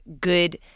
good